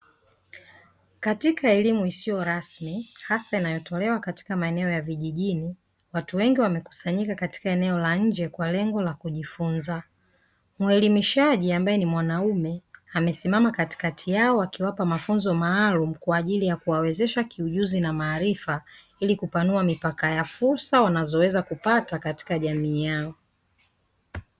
Katika elimu isiyo rasmi hasa inayotolewa maeneo ya vijijini watu wengi wamekusanyika katika eneo la nje kwa lengo la kujifunza. Muelimishaji ambaye ni mwanaume amesimama katikati yao akiwapa mafunzo maalumu kwa ajili ya kuwawezesha kiujuzi na maarifa ili kupanua mipaka ya fursa wanazoweza kupata katika jamii yao.